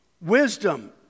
wisdom